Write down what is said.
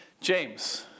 James